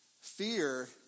Fear